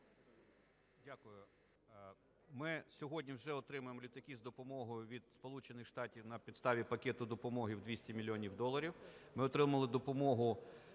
Дякую. Ми сьогодні вже отримуємо літаки з допомогою від Сполучених Штатів на підставі пакету допомоги в 200 мільйонів доларів.